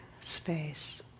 space